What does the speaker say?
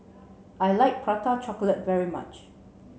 I like Prata chocolate very much